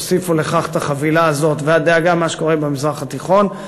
תוסיפו לכך את החבילה הזאת והדאגה למה שקורה במזרח התיכון,